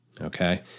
okay